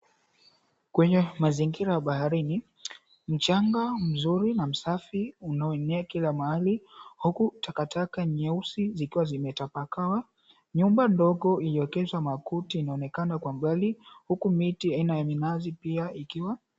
Kwenye mazingira ya baharini, mchanga mzuri na msafi unaoenea kila mahali huku takataka nyeusi zikiwa zimetapakaa. Nyumba ndogo iliyoekezwa makuti inaonekana kwa mbali, huku miti aina ya minazi pia ikiwa.